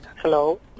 Hello